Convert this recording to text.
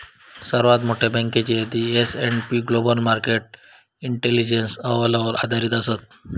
सर्वात मोठयो बँकेची यादी S and P global market intelligence अहवालावर आधारित असत